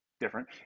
different